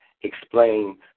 explain